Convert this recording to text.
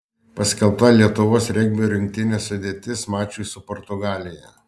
paskelbta lietuvos regbio rinktinės sudėtis mačui su portugalija